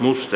muussa